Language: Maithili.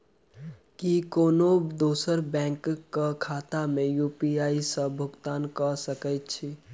की कोनो दोसरो बैंक कऽ खाता मे यु.पी.आई सऽ भुगतान कऽ सकय छी?